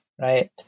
right